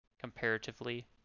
comparatively